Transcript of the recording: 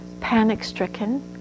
panic-stricken